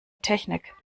technik